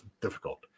difficult